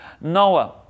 Noah